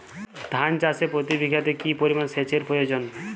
ধান চাষে প্রতি বিঘাতে কি পরিমান সেচের প্রয়োজন?